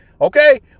Okay